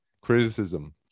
criticism